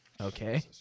Okay